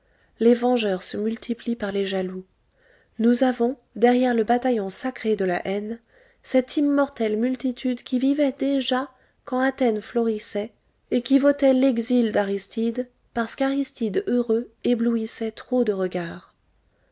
les vengeurs se multiplient par les jaloux nous avons derrière le bataillon sacré de la haine cette immortelle multitude qui vivait déjà quand athènes florissait et qui votait l'exil d'aristide parce qu'aristide heureux éblouissait trop de regards